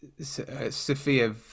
sophia